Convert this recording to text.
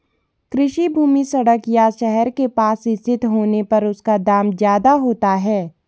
कृषि भूमि सड़क या शहर के पास स्थित होने पर उसका दाम ज्यादा होता है